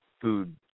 food